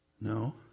No